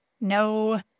No